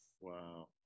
Wow